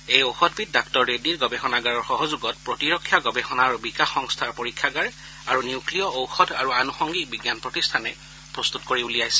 এই ঔষধবিধ ডাঃ ৰেড্ডিৰ গৱেষণাগাৰৰ সহযোগত প্ৰতিৰক্ষা গৱেষণা আৰু বিকাশ সংস্থাৰ পৰীক্ষাগাৰ আৰু নিউক্লিয় ঔষধ আৰু আনুসংগিক বিজ্ঞান প্ৰতিষ্ঠানে প্ৰস্তত কৰি উলিয়াইছে